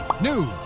news